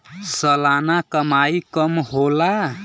सलाना कमाई कम होला